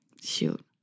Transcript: Shoot